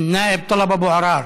א-נאאב טלב אבו עראר,